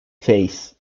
face